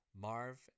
Marv